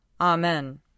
Amen